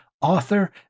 author